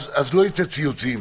אז לא יצאו ציוצים.